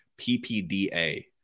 PPDA